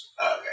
Okay